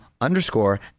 underscore